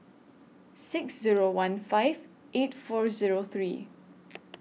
six Zero one five eight four Zero three